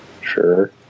Sure